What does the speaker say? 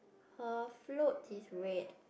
her float is red